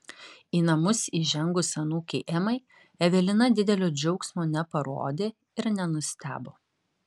į namus įžengus anūkei emai evelina didelio džiaugsmo neparodė ir nenustebo